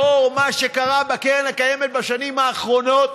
לאור מה שקרה בקרן קיימת בשנים האחרונות,